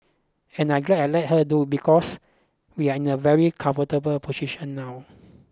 and I'm glad I let her do it because we're in a very comfortable position now